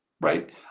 right